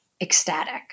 ecstatic